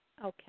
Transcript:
Okay